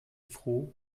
froh